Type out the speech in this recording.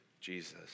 Jesus